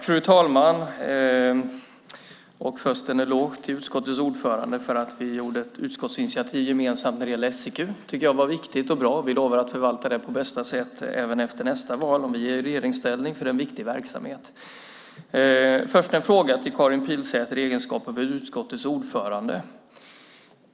Fru talman! Först vill jag ge en eloge till utskottets ordförande för att vi gjorde ett gemensamt utskottsinitiativ när det gäller SIQ. Det var viktigt och bra. Vi lovar att förvalta det på bästa sätt även efter nästa val, om vi är i regeringsställning. Det är en viktig verksamhet. Jag har en fråga till Karin Pilsäter i hennes egenskap av utskottets ordförande.